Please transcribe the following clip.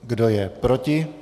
Kdo je proti?